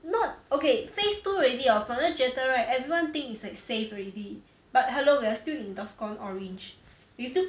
not okay phase two already hor 反而觉得 right everyone think it's like safe already but hello we're still in DORSCON orange we still